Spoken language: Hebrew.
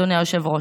אדוני היושב-ראש.